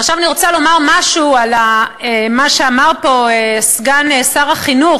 עכשיו אני רוצה לומר משהו על מה שאמר פה סגן שר החינוך,